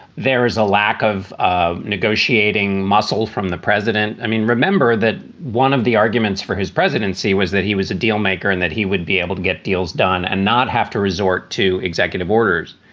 there is a lack of ah negotiating muscle from the president. i mean, remember that one of the arguments for his presidency was that he was a dealmaker and that he would be able to get deals done and not have to resort to executive orders.